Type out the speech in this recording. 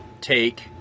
take